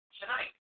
tonight